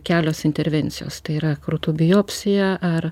kelios intervencijos tai yra krūtų biopsija ar